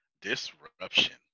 Disruption